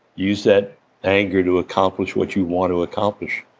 use that anger to accomplish what you want to accomplish,